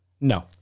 No